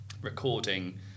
recording